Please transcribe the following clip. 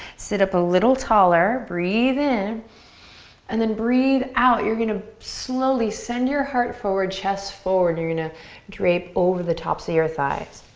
sit up a little taller, breathe in and then breathe out you're gonna slowly send your heart forward, chest forward. you're gonna drape over the tops of your thighs.